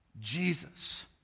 Jesus